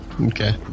Okay